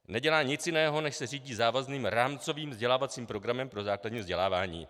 Nedělá nic jiného, než se řídí závazným rámcovým vzdělávacím programem pro základní vzdělávání.